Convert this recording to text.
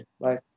bye